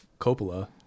Coppola